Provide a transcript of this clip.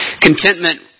Contentment